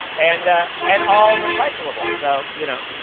and and all recyclable, so, you know,